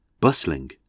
bustling